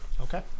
Okay